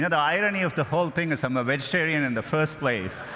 yeah the irony of the whole thing is i'm a vegetarian in the first place.